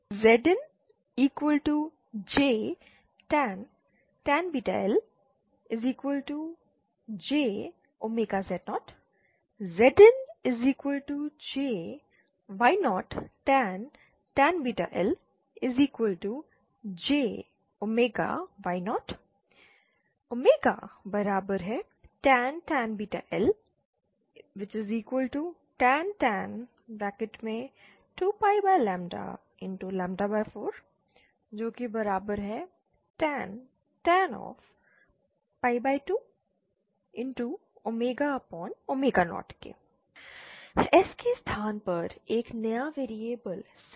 Zinjtan βljZ0 ZinjY0tan βljY0 tan βltan 2πr4tan 20 S के स्थान पर एक नया वेरिएबल सिग्मा